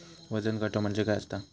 वजन काटो म्हणजे काय असता?